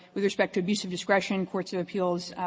with respect to abuse of discretion, courts of appeals